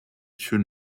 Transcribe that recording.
should